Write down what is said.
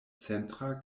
centra